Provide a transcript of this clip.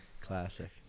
Classic